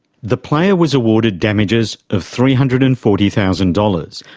the player was awarded damages of three hundred and forty thousand dollars,